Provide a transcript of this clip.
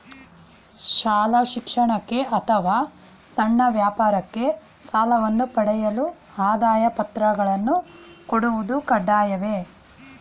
ಶಾಲಾ ಶಿಕ್ಷಣಕ್ಕೆ ಅಥವಾ ಸಣ್ಣ ವ್ಯಾಪಾರಕ್ಕೆ ಸಾಲವನ್ನು ಪಡೆಯಲು ಆದಾಯ ಪತ್ರಗಳನ್ನು ಕೊಡುವುದು ಕಡ್ಡಾಯವೇ?